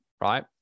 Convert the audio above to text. right